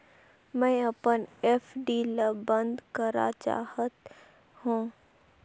मैं अपन एफ.डी ल बंद करा चाहत हों